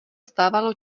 stávalo